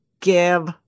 give